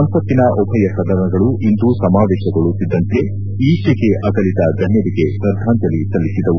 ಸಂಸತ್ತಿನ ಉಭಯ ಸದನಗಳು ಇಂದು ಸಮವೇಶಗೊಳ್ಳುತ್ತಿದ್ದಂತೆ ಈಚೆಗೆ ಅಗಲಿದ ಗಣ್ಯರಿಗೆ ಶ್ರದ್ಧಾಂಜಲಿ ಸಲ್ಲಿಸಿದವು